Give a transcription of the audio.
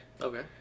Okay